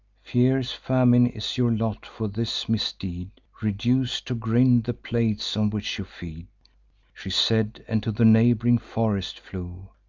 fierce famine is your lot for this misdeed, reduc'd to grind the plates on which you feed she said, and to the neighb'ring forest flew.